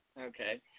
Okay